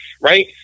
right